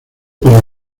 para